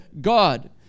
God